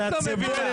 את לא מבינה.